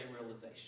realization